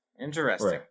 Interesting